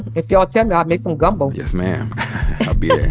if y'all tell me, i'll make some gumbo. yes, ma'am. i'll be there.